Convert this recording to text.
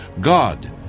God